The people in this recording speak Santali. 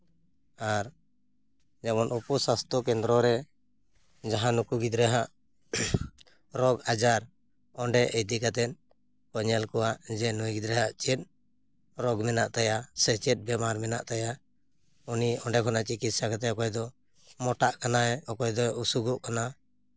ᱟᱨ ᱡᱮᱢᱚᱱ ᱩᱯᱚ ᱥᱟᱥᱛᱷᱚ ᱠᱮᱫᱽᱨᱚ ᱨᱮ ᱡᱟᱦᱟᱸ ᱱᱩᱠᱩ ᱜᱤᱫᱽᱨᱟᱹᱣᱟᱜ ᱨᱳᱜᱽ ᱟᱡᱟᱨ ᱚᱸᱰᱮ ᱤᱫᱤ ᱠᱟᱛᱮ ᱠᱚ ᱧᱮᱞ ᱠᱚᱣᱟ ᱡᱮ ᱱᱩᱭ ᱜᱤᱫᱨᱟᱹ ᱟᱜ ᱪᱮᱫ ᱨᱳᱜᱽ ᱢᱮᱱᱟᱜ ᱛᱟᱭᱟ ᱥᱮ ᱪᱮᱫ ᱵᱤᱢᱟᱨ ᱢᱮᱱᱟᱜ ᱛᱟᱭᱟ ᱩᱱᱤ ᱚᱸᱰᱮ ᱠᱷᱚᱱᱟᱜ ᱪᱤᱠᱤᱛᱥᱟ ᱠᱟᱛᱮ ᱚᱠᱚᱭ ᱫᱚ ᱢᱳᱴᱟᱜ ᱠᱟᱱᱟᱭ ᱚᱠᱚᱭ ᱫᱚ ᱚᱥᱩᱜᱚᱜ ᱠᱟᱱᱟ